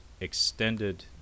extended